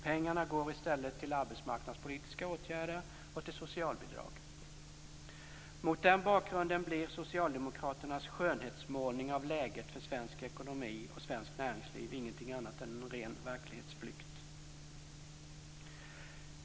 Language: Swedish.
Pengarna går i stället till arbetsmarknadspolitiska åtgärder och till socialbidrag. Mot den bakgrunden blir socialdemokraternas skönmålning av läget för svensk ekonomi och svenskt näringsliv ingenting annat än ren verklighetsflykt.